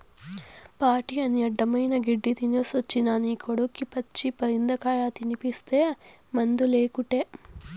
party అని అడ్డమైన గెడ్డీ తినేసొచ్చిన నీ కొడుక్కి పచ్చి పరిందకాయ తినిపిస్తీ మందులేకుటే